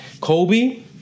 Kobe